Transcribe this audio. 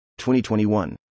2021